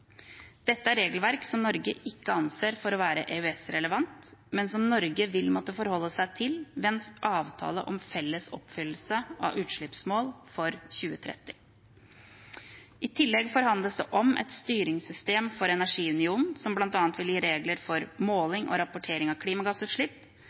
Dette er regelverk som Norge ikke anser for å være EØS-relevant, men som Norge vil måtte forholde seg til ved en avtale om felles oppfyllelse av utslippsmål for 2030. I tillegg forhandles det om et styringssystem for energiunionen, som bl.a. vil gi regler for